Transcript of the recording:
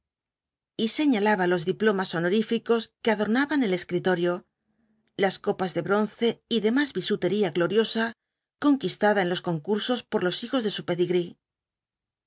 y señalaba los diplomas honoríficos que adornaban el escritorio las copas de bronce y demás bisutería gloriosa conquistada en los concursos por los hijos de su